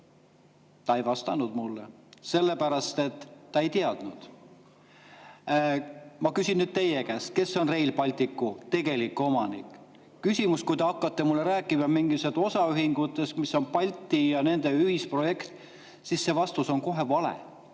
Ta ei vastanud mulle, sellepärast et ta ei teadnud. Ma küsin nüüd teie käest, kes on Rail Balticu tegelik omanik. Kui te hakkate mulle rääkima mingisugustest osaühingutest, mis on Balti [tegijate] ühisprojekt, siis see vastus on kohe vale,